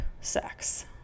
sex